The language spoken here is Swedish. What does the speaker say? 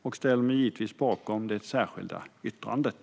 Jag ställer mig också givetvis bakom det särskilda yttrandet.